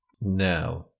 No